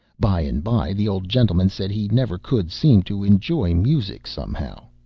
by and by the old gentleman said he never could seem to enjoy music somehow.